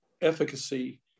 efficacy